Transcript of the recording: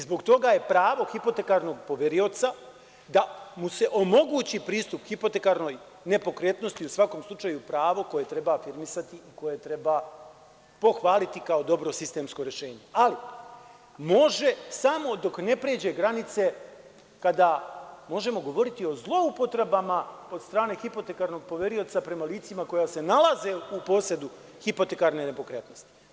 Zbog toga je pravo hipotekarnog poverioca da mu se omogući pristup hipotekarnoj nepokretnosti, u svakom slučaju, pravo koje treba afirmisati, koje treba pohvaliti kao dobro sistemsko rešenje, ali može samo dok ne pređe granice kada možemo govoriti o zloupotrebama od strane hipotekarnog poverioca prema licima koja se nalaze u posedu hipotekarne nepokretnosti.